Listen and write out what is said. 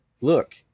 look